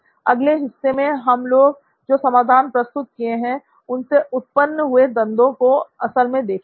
अगले हिस्से में हम लोग जो समाधान प्रस्तुत किए गए हैं उनसे उत्पन्न हुए द्वन्दों को असल में देखेंगे